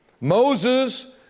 Moses